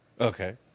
Okay